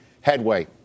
headway